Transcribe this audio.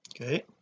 okay